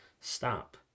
stop